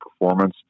performance